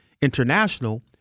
International